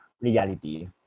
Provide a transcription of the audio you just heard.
reality